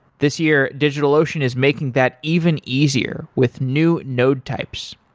this year, digitalocean is making that even easier with new node types.